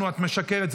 את משקרת.